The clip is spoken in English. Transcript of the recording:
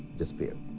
disappeared.